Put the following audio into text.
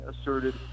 asserted